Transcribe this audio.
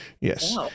Yes